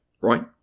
right